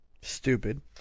Stupid